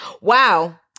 Wow